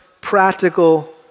practical